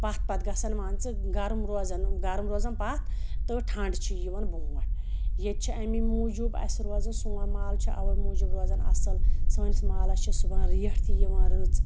پَتھ پَتہٕ گَژھان مان ژٕ گَرٕم روزان گَرٕم روزَان پتھ تہٕ ٹھَنٛڈ چھِ یِوان برونٛٹھ ییٚتہِ چھِ امے موٗجوٗب اَسہِ روزَان سون مال چھُ اَوے موٗجوٗب روزان اَصل سٲنِس مالَس چھِ سُوان ریٹھ تہِ یِوان رٕژ